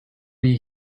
you